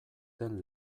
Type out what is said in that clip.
den